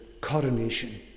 coronation